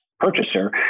purchaser